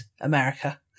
America